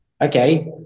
okay